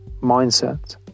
mindset